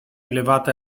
elevate